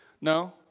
No